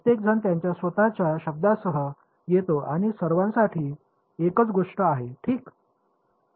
प्रत्येकजण त्यांच्या स्वत च्या शब्दासह येतो आणि सर्वांसाठी एकच गोष्ट आहे ठीक